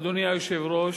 אדוני היושב-ראש,